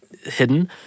hidden